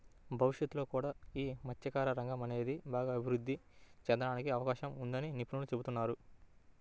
భవిష్యత్తులో కూడా యీ మత్స్యకార రంగం అనేది బాగా అభిరుద్ధి చెందడానికి అవకాశం ఉందని నిపుణులు చెబుతున్నారు